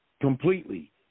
completely